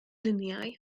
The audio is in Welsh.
luniau